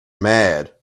mad